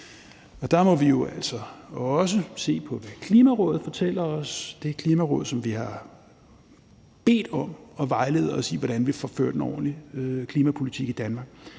t. Der må vi jo altså også se på, hvad Klimarådet fortæller os – det Klimaråd, som vi har bedt om at vejlede os i, hvordan vi får ført en ordentlig klimapolitik i Danmark.